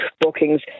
bookings